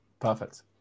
Perfect